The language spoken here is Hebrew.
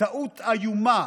טעות איומה